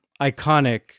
iconic